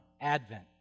Advent